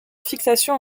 fixation